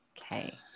Okay